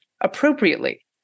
appropriately